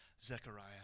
Zechariah